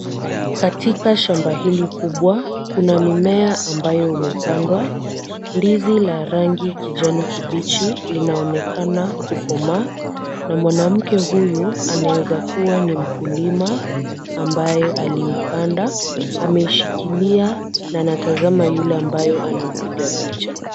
Katika shamba hili kubwa, kuna mimea ambayo umepandwa, ndizi ya rangi ya kijani kibichi linaonekana kukomaa na mwanamke huyu anaweza kuwa ni mkulima ambayo aliupanda. Ameshikilia na anatazama yule ambayo anampiga picha.